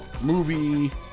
movie